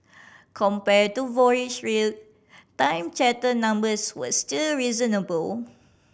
compare to voyage rate time charter numbers were still reasonable